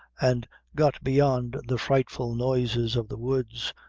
and got beyond the frightful noises of the woods,